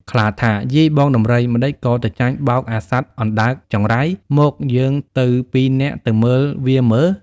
ខ្លាថា៖ "យីបងដំរី ម្ដេចក៏ទៅចាញ់បោកអាសត្វអណ្ដើកចង្រៃ? មកយើងទៅពីរនាក់ទៅមើលវាមើល៍"។